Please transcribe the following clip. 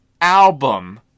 album